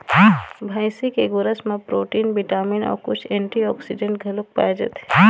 भइसी के गोरस म प्रोटीन, बिटामिन अउ कुछ एंटीऑक्सीडेंट्स घलोक पाए जाथे